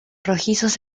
rojizos